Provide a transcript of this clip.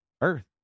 earth